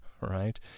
right